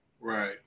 Right